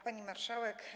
Pani Marszałek!